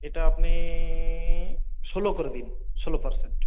এটা আপনি ষোলো করে দিন ষোলো পারসেন্ট